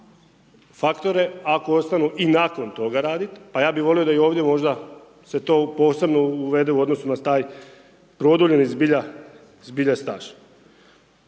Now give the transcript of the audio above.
ako ostanu i nakon toga raditi, pa ja bi volio da i ovdje možda se to posebno uvede u odnosu na taj produljeni zbilja staž